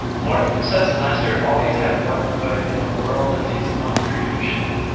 morton says lester always had one foot in a world of his own creation.